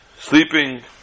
sleeping